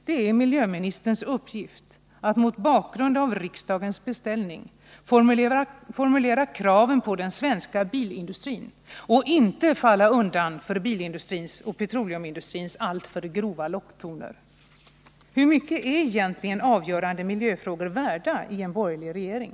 Det är miljöministerns uppgift att mot bakgrund av riksdagens beställning formulera kraven på den svenska bilindustrin och inte falla undan I för bilindustrins och petroleumindustrins alltför grova locktoner. Hur mycket är egentligen avgörande miljöfrågor värda i en borgerlig regering?